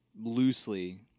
loosely